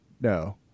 No